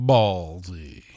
Baldy